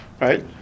right